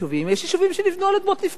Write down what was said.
ויש יישובים שנבנו על אדמות נפקדים.